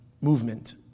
movement